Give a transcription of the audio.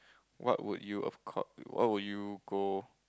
what would you have caught what would you go